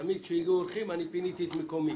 תמיד כשהגיעו אורחים אני פיניתי את מקומי,